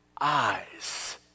eyes